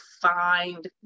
find